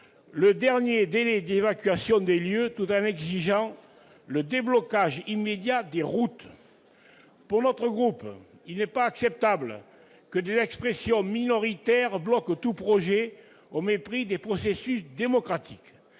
le dernier délai d'évacuation des lieux tout en exigeant le déblocage immédiat des routes. Pour notre groupe, il n'est pas acceptable que des expressions minoritaires bloquent tout projet, au mépris des processus démocratiques.